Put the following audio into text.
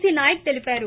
సినాయక్ తెలిపారు